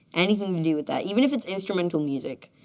anything to do with that, even if it's instrumental music.